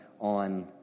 on